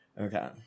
Okay